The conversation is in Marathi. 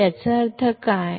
तर याचा अर्थ काय